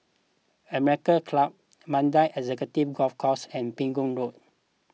American Club Mandai Executive Golf Course and Pegu Road